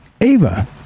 Ava